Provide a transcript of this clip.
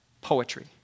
Poetry